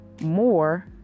more